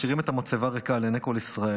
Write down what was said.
משאירים את המצבה ריקה לעיני כל ישראל.